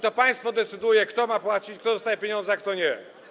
To państwo decyduje o tym, kto ma płacić, kto dostaje pieniądze, a kto nie.